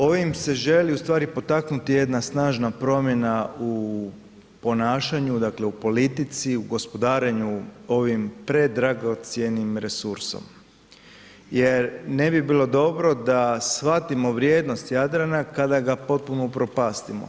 Ovim se želi ustvari potaknuti jedna snažna promjena u ponašanju, dakle, u politici, u gospodarenju ovim predragocjenim resursom jer ne bi bilo dobro da shvatimo vrijednost Jadrana kada ga potpuno upropastimo.